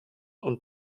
und